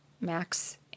Max